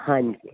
ਹਾਂਜੀ